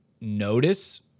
notice